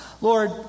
Lord